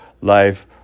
life